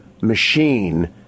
machine